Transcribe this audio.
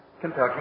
Kentucky